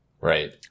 right